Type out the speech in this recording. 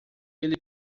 ele